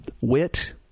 wit